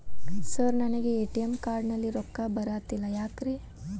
Sir ನನಗೆ ATM card ನಲ್ಲಿ ರೊಕ್ಕ ಬರತಿಲ್ಲ ಯಾಕ್ರೇ?